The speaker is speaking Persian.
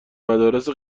مدارس